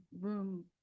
room